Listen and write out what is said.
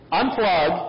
unplug